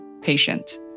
patient